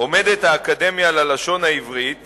עומדת האקדמיה ללשון העברית